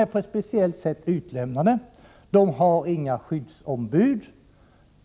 är på ett speciellt sätt utlämnade. De har inga skyddsombud.